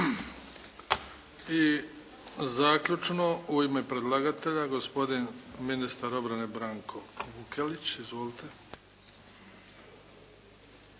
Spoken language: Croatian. I zaključno, u ime predlagatelja gospodin ministar obrane Branko Vukelić. Izvolite.